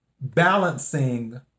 balancing